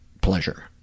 pleasure